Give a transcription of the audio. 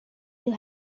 you